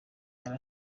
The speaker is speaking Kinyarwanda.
yari